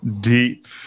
deep